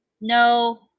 No